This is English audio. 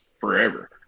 forever